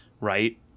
Right